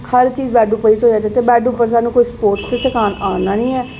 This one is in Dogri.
हर चीज गै बैड उप्पर गै थ्होई जा ते बैड उप्पर स्हानूं कोई स्पोर्ट्स ते सखान आह्नियै